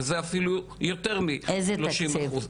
שזה אפילו יותר משלושים אחוז.